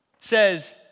says